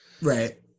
Right